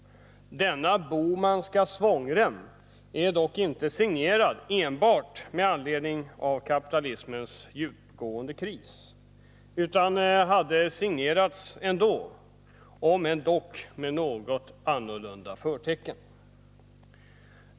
Denna Bohmanska svångrem är dock inte signerad enbart med anledning av kapitalismens djupgående kris, utan hade signerats ändå om än med andra förtecken.